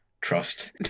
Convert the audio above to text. Trust